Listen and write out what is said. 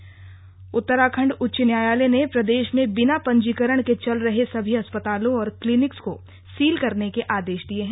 आदेश उत्तराखंड उच्च न्यायालय ने प्रदेश में बिना पंजीकरण के चल रहे सभी अस्पतालों और क्लीनिक्स को सील करने के आदेश दिये हैं